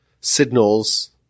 signals